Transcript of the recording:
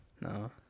no